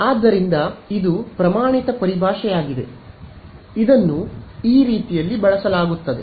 ಆದ್ದರಿಂದ ಇದು ಪ್ರಮಾಣಿತ ಪರಿಭಾಷೆಯಾಗಿದೆ ಇದನ್ನು ಈ ರೀತಿಯಲ್ಲಿ ಬಳಸಲಾಗುತ್ತದೆ